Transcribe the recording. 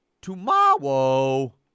tomorrow